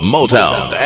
Motown